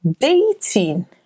dating